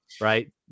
right